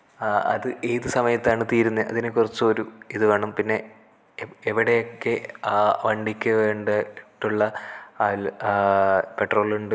അത് ഏത് സമയത്താണ് തീരുന്നത് അതിനെക്കുറിച്ചും ഒരു ഇതു വേണം പിന്നെ എവിടെയൊക്കെ വണ്ടിക്ക് വേണ്ടിയിട്ടുള്ള പെട്രോളുണ്ട്